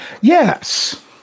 Yes